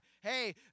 Hey